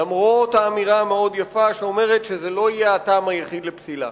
למרות האמירה המאוד-יפה שזה לא יהיה הטעם היחיד לפסילה.